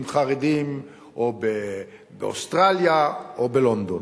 באוסטרליה ובלונדון.